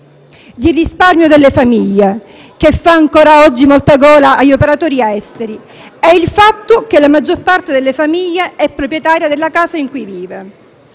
di risparmio delle famiglie, che fa ancora oggi molta gola agli operatori esteri, e il fatto che la maggior parte delle famiglie è proprietaria della casa in cui vive.